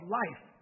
life